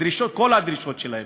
כל הדרישות שלהם.